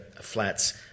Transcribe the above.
flat's